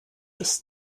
ist